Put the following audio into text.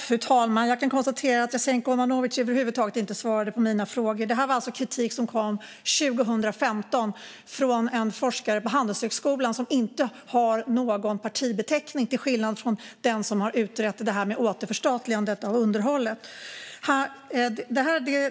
Fru talman! Jag kan konstatera att Jasenko Omanovic över huvud taget inte svarade på mina frågor. Det här var alltså kritik som kom 2015 från en forskare på Handelshögskolan som inte har någon partibeteckning, till skillnad från den som har utrett det här med återförstatligande av underhållet.